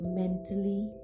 mentally